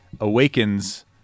awakens